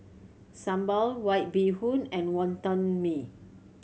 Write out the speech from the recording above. sambal White Bee Hoon and Wonton Mee